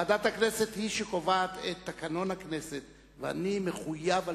ועדת הכנסת היא שקובעת את תקנון הכנסת ואני מחויב על-פיו.